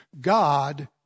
God